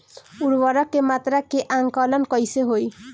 उर्वरक के मात्रा के आंकलन कईसे होला?